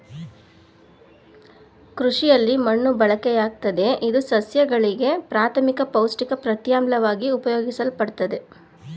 ಕೃಷಿಲಿ ಮಣ್ಣು ಬಳಕೆಯಾಗ್ತದೆ ಇದು ಸಸ್ಯಗಳಿಗೆ ಪ್ರಾಥಮಿಕ ಪೌಷ್ಟಿಕ ಪ್ರತ್ಯಾಮ್ಲವಾಗಿ ಉಪಯೋಗಿಸಲ್ಪಡ್ತದೆ